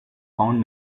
found